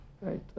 right